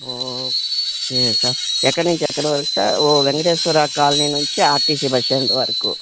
ఓ ఎం సార్ ఎక్కడి నుంచి ఎక్కడ వరకు సార్ ఓ వెంకటేశ్వర కాలనీ నుంచి ఆర్టీసి బస్టాండ్ వరకు